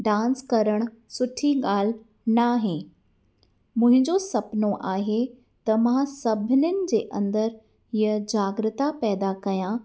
dance करणु सुठी ॻाल्हि न आहे मुंहिंजो सुपिनो आहे त मां सभिनीनि जे अंदरि हीअ जाग्रता पैदा कयां